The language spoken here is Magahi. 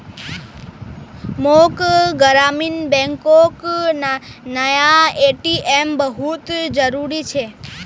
मोक ग्रामीण बैंकोक नया ए.टी.एम बहुत जरूरी छे